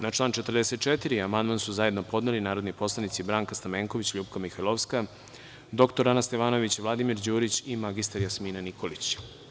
Na član 44. amandman su zajedno podneli narodni poslanici Branka Stamenković, LJupka Mihajlovska, dr Ana Stevanović, Vladimir Đurić i mr Jasmina Nikolić.